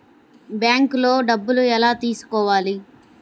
బ్యాంక్లో డబ్బులు ఎలా తీసుకోవాలి?